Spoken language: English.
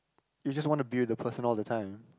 you just want to be with the person all the time